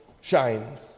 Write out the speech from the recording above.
shines